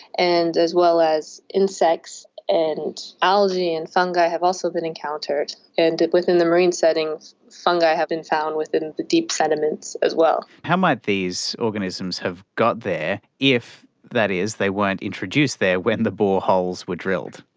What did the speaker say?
and as well as insects and algae and fungi have also been encountered, and within the marine settings fungi have been found within the deep sediments as well. how might these organisms have got there if, that is, they weren't introduced there when the boreholes were drilled?